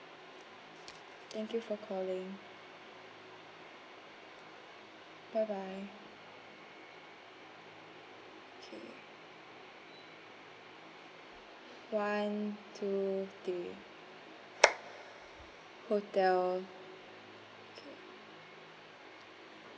thank you for calling bye bye okay one two three hotel okay